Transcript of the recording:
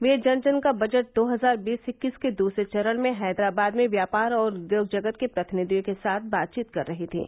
वे जन जन का बजट दो हजार बीस इक्कीस के दूसरे चरण में हैदराबाद में व्यापार और उद्योग जगत के प्रतिनिधियों के साथ बातचीत कर रही थीं